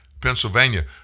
Pennsylvania